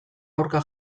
aurka